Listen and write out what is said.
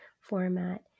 format